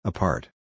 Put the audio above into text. Apart